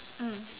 mm